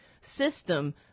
system